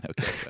okay